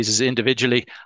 individually